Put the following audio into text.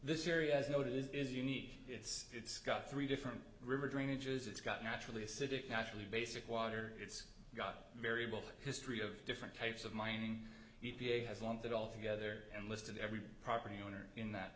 this area as noted is unique it's got three different river drainages it's got naturally acidic naturally basic water it's got variable history of different types of mining e p a has lumped it all together and listed every property owner in that